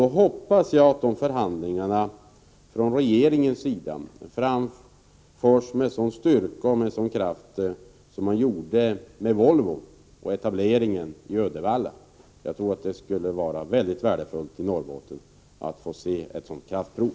Då hoppas jag att de förhandlingarna från regeringens sida förs med sådan styrka och sådan kraft som när det gällde Volvo och etableringen i Uddevalla. Jag tror att det skulle vara värdefullt att i Norrbotten få se ett sådant kraftprov.